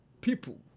people